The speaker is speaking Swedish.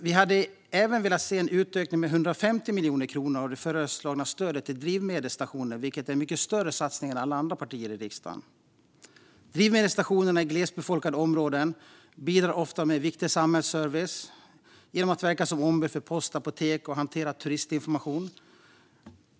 Vi hade även velat se en utökning med 150 miljoner kronor av det föreslagna stödet till drivmedelsstationer, vilket är en mycket större satsning än vad alla andra partier i riksdagen har föreslagit. Drivmedelsstationerna i glesbefolkade områden bidrar ofta med viktig samhällsservice genom att verka som ombud för post och apotek och hantera turistinformation.